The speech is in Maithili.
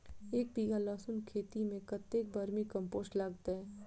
एक बीघा लहसून खेती मे कतेक बर्मी कम्पोस्ट लागतै?